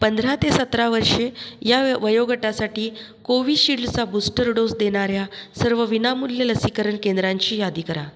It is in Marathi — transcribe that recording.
पंधरा ते सतरा वर्षे या व वयोगटासाठी कोविशिल्डचा बूस्टर डोस देणाऱ्या सर्व विनामूल्य लसीकरण केंद्रांची यादी करा